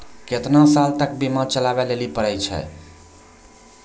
केतना साल तक बीमा चलाबै लेली पड़ै छै?